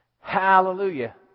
Hallelujah